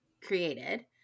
created